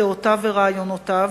דעותיו ורעיונותיו